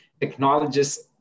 technologists